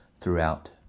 throughout